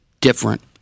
different